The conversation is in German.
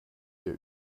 hier